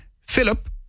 Philip